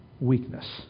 weakness